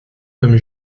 comme